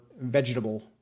vegetable